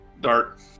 Dart